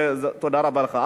ותודה רבה לך.